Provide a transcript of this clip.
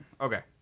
Okay